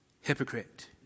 hypocrite